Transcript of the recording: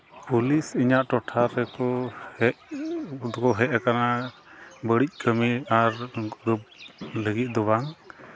police ᱤᱧᱟᱹᱜ ᱴᱚᱴᱷᱟ ᱨᱮᱠᱚ ᱦᱮᱡ ᱫᱚᱠᱚ ᱦᱮᱡ ᱟᱠᱟᱱᱟ ᱵᱟᱹᱲᱤᱡ ᱠᱟᱹᱢᱤ ᱟᱨ ᱩᱱᱠᱩ ᱞᱟᱹᱜᱤᱫ ᱫᱚ ᱵᱟᱝ